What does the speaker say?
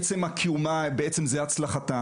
עצם קיומה זה בעצם הצלחתה.